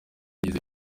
yagize